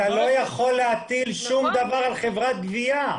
אתה לא יכול להטיל שום דבר על חברת גבייה.